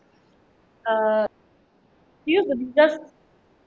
uh it used to be just